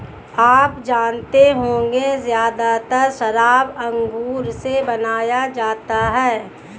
आप जानते होंगे ज़्यादातर शराब अंगूर से बनाया जाता है